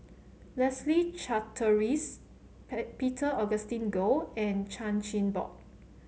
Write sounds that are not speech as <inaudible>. Leslie Charteris <unintelligible> Peter Augustine Goh and Chan Chin Bock